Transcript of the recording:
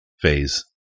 phase